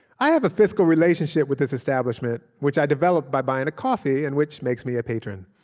i have a fiscal relationship with this establishment, which i developed by buying a coffee and which makes me a patron.